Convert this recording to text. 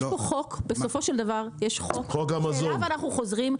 יש פה חוק בסופו של דבר שאליו אנחנו חוזרים,